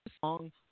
song